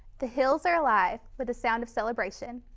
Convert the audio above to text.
the hills are alive. with the sound of celebration!